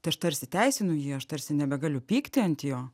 tai aš tarsi teisinu jį aš tarsi nebegaliu pykti ant jo